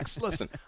Listen